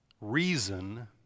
reason